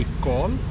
call